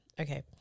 okay